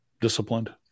disciplined